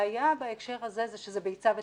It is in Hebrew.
הבעיה בהקשר הזה, זה שזה ביצה ותרנגולת.